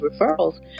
referrals